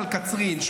על קצרין,